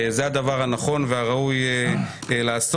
זה הדבר הנכון והראוי לעשות.